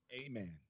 Amen